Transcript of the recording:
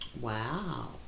Wow